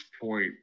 point